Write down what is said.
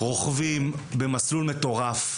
רוכבים במסלול מטורף,